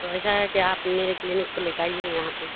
تو ایسا ہے کہ آپ میرے کلینک پہ لے کے آئیے یہاں پہ